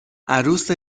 عروس